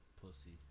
Pussy